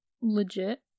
legit